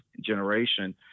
generation